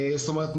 זאת אומרת,